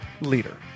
leader